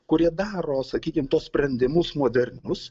kurie daro sakykim tuos sprendimus modernus